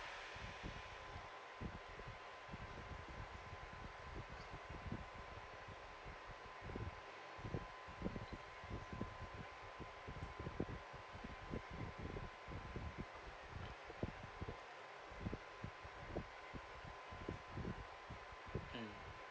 mm